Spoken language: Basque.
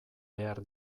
behar